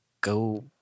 go